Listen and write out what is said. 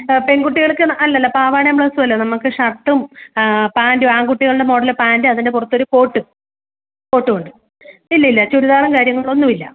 ആ പെൺകുട്ടികൾക്ക് അല്ലല്ല പാവാടേം ബ്ലൗസുമല്ല നമുക്ക് ഷർട്ടും ആ പാൻറ്റും ആൺകുട്ടികളുടെ മോഡല് പാൻറ്റ് അതിൻ്റെ പുറത്തൊരു കോട്ട് കോട്ട്മുണ്ട് ഇല്ലില്ല ചുരിദാറും കാര്യങ്ങളും ഒന്നുമില്ല